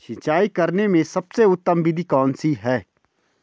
सिंचाई करने में सबसे उत्तम विधि कौन सी है?